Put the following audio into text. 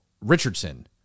Richardson